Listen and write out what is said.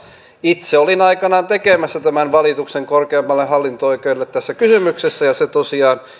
itse olin aikanaan tekemässä tämän valituksen korkeimmalle hallinto oikeudelle tässä kysymyksessä ja se tosiaan